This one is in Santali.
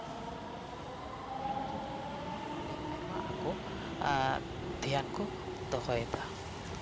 ᱱᱚᱣᱟ ᱠᱚ ᱠᱷᱮᱞᱳᱰ ᱪᱮᱛᱟᱱ ᱨᱮᱜᱮ ᱟᱹᱰᱤ ᱟᱭᱢᱟ ᱟᱠᱚ ᱫᱷᱮᱭᱟᱱ ᱠᱚ ᱫᱚᱦᱚᱭᱮᱫᱟ